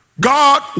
God